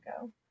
go